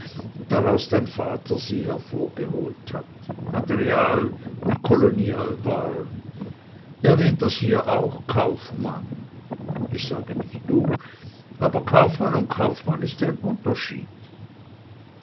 draus dein vater sie hervorgeholt hat material und kolonialwaren ihr nennt das hier auch kaufmann ich sage nicht du aber kaufmann und kaufmann ist ein unterschied